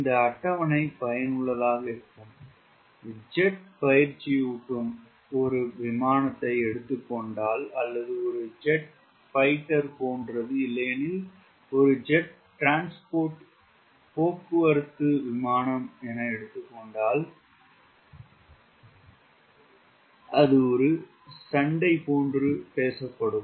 இந்த அட்டவணை பயனுள்ளதாக இருக்கும் ஜெட் பயிற்சியூட்டும் ஒரு விமானத்தை எடுத்து கொண்டால் அல்லது ஒரு ஜெட் ஃபைட்டர் போன்றது இல்லையெனில் ஜெட் போக்குவரத்து என சண்டை போன்று பேசப்படும்